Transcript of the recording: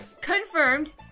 Confirmed